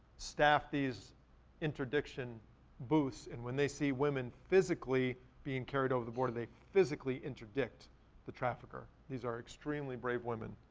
staff these interdiction booths. and when they see women physically being carried over the boarder, they physically interdict the trafficker. these are extremely brave women.